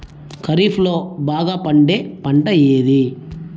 ఖరీఫ్ లో బాగా పండే పంట ఏది?